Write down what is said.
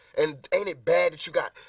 and ain't it bad you got,